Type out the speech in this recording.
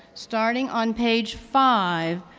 starting on page five,